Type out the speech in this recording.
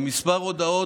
כמה הודעות,